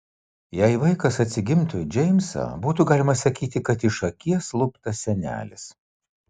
jei vaikas atsigimtų į džeimsą būtų galima sakyti kad iš akies luptas senelis